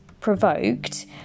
provoked